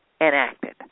enacted